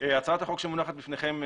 הצעת החוק שמונחת בפניכם,